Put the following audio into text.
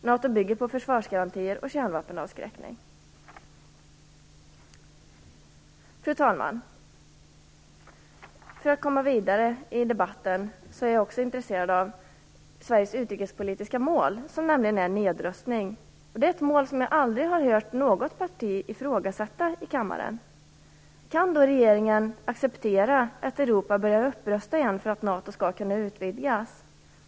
NATO bygger på försvarsgarantier och kärnvapenavskräckning. Fru talman! Jag skall gå vidare i debatten. Jag är också intresserad av Sveriges utrikespolitiska mål: nedrustning. Det målet har jag aldrig hört något parti ifrågasätta i kammaren. Kan regeringen acceptera att Europa börjar upprusta igen för att NATO skall kunna utvidgas?